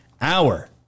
hour